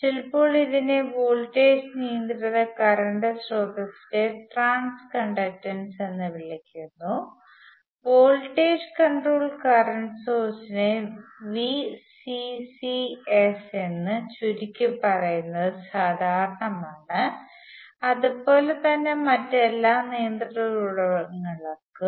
ചിലപ്പോൾ ഇതിനെ വോൾട്ടേജ് നിയന്ത്രിത കറന്റ് സ്രോതസിന്റെ ട്രാൻസ് കണ്ടക്ടൻസ് എന്ന് വിളിക്കുന്നു വോൾട്ടേജ് കൺട്രോൾ കറന്റ് സോഴ്സിനെ വിസിസിഎസ് എന്ന് ചുരുക്കിപ്പറയുന്നത് സാധാരണമാണ് അതുപോലെ തന്നെ മറ്റെല്ലാ നിയന്ത്രിത ഉറവിടങ്ങൾക്കും